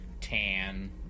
tan